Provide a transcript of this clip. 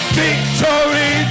victory